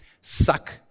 suck